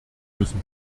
müssen